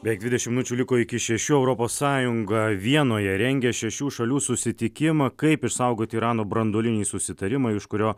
beveik dvidešimt minučių liko iki šešių europos sąjunga vienoje rengė šešių šalių susitikimą kaip išsaugoti irano branduolinį susitarimą iš kurio